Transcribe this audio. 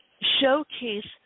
showcase